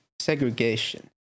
Segregation